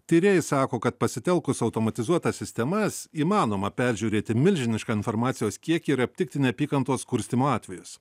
tyrėjai sako kad pasitelkus automatizuotas sistemas įmanoma peržiūrėti milžinišką informacijos kiekį ir aptikti neapykantos kurstymo atvejus